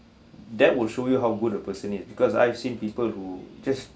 that will show you how good the person it because I've seen people who just